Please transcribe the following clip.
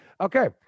okay